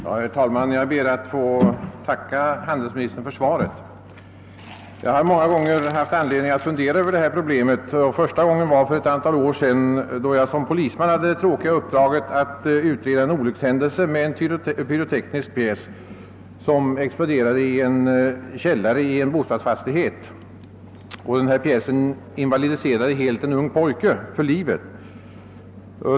Herr talman! Jag ber att få tacka handelsministern för svaret. Jag har många gånger haft anledning att fundera över detta problem. Första gången jag gjorde det var för ett antal år sedan, då jag som polisman hade det tråkiga uppdraget att utreda en olyckshändelse med en pyroteknisk pjäs som exploderade i en källare i en bostadsfastighet och helt invalidiserade en ung pojke för livet.